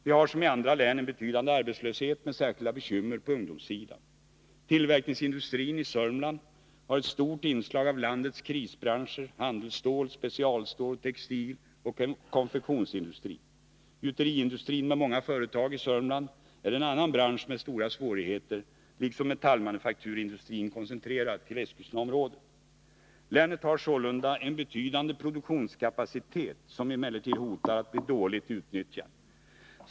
Vi har som i andra län en betydande arbetslöshet med särskilda bekymmer på ungdomssidan. Tillverkningsindustrin i Sörmland har ett stort inslag av landets krisbranscher: handelsstål, textiloch konfektionsindustri. Gjuteriindustrin, som har många företag i Sörmland, är en annan bransch som har stora svårigheter liksom också metallmanufakturindustrin, som är koncentrerad till Eskilstunaområdet. Länet har sålunda en betydande produktionskapacitet, som emellertid riskerar att bli dåligt utnyttjad.